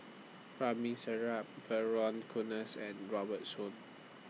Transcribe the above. Ramli Sarip Vernon Cornelius and Robert Soon